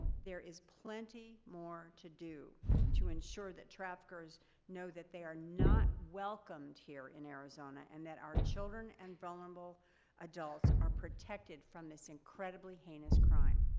there is plenty more to do to ensure that traffickers know that they are not welcomed here in arizona and that our children and vulnerable adults are protected from this incredibly heinous crime.